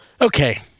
Okay